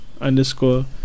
underscore